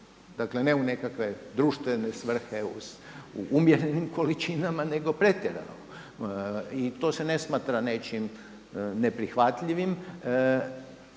Dakle, ne u nekakve društvene svrhe u umjerenim količinama, nego pretjerano. I to se ne smatra nečim neprihvatljivim.